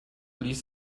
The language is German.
ließ